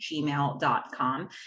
gmail.com